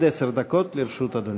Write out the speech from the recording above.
עד עשר דקות לרשות אדוני.